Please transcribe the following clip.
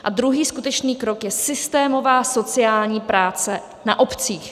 A druhý skutečný krok je systémová sociální práce na obcích.